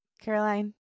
Caroline